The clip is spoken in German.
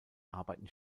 arbeiten